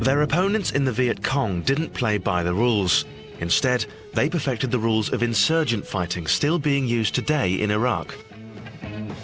their opponents in the vietcong didn't play by the rules instead they perfected the rules of insurgent fighting still being used today in iraq